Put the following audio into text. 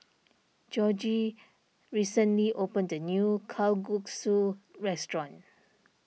Jorge recently opened the new Kalguksu restaurant